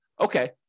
okay